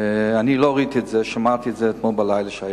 אני לא ראיתי את זה, שמעתי את זה אתמול בלילה.